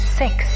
six